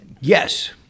Yes